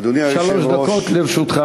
אדוני היושב-ראש, שלוש דקות לרשותך.